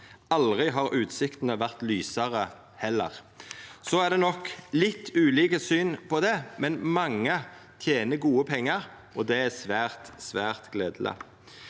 Aldri har utsiktene vært lysere heller.» Så er det nok litt ulike syn på det, men mange tener gode pengar. Det er svært, svært gledeleg.